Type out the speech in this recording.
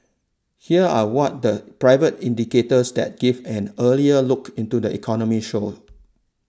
here are what the private indicators that give an earlier look into the economy show